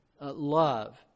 love